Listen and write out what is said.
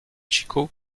chico